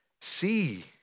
see